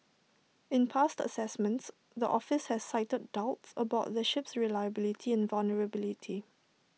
in past assessments the office has cited doubts about the ship's reliability and vulnerability